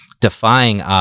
defying